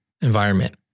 environment